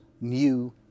new